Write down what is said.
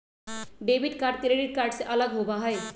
debit card credit card से अलग होबा हई